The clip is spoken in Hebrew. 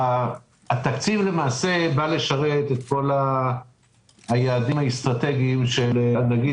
התקציב בא לשרת את כל היעדים האסטרטגיים של הנגיד